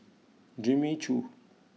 Jimmy Choo